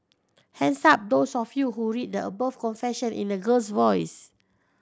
hands up those of you who read the above confession in a girl's voice